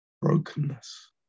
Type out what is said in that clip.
brokenness